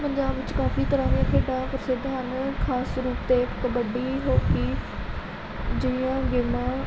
ਪੰਜਾਬ ਵਿੱਚ ਕਾਫ਼ੀ ਤਰ੍ਹਾਂ ਦੀਆਂ ਖੇਡਾਂ ਪ੍ਰਸਿੱਧ ਹਨ ਖਾਸ ਤੌਰ ਉੱਤੇ ਕਬੱਡੀ ਹੋਕੀ ਜਿਹੀਆਂ ਗੇਮਾਂ